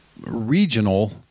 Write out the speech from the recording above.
regional